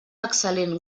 excel·lent